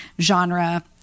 genre